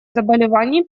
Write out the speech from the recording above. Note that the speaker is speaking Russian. заболеваний